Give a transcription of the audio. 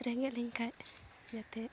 ᱨᱮᱸᱜᱮᱡ ᱞᱮᱱᱠᱷᱟᱡ ᱡᱟᱛᱮ